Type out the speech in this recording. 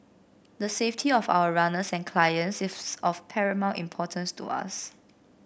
the safety of our runners and clients is of paramount importance to us